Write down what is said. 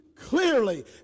clearly